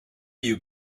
you